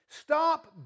Stop